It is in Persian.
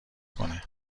کنه